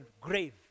grave